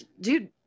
dude